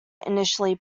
initially